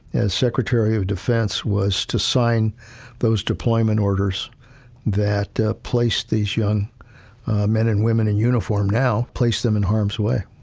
as secretary of defense was to sign those deployment orders that ah placed these young men and women in uniform now placed them in harm's way.